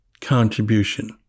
contribution